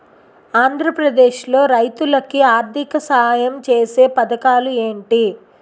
ఆంధ్రప్రదేశ్ లో రైతులు కి ఆర్థిక సాయం ఛేసే పథకాలు ఏంటి?